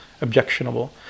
Objectionable